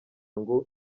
ngo